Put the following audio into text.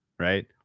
Right